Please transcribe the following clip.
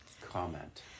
comment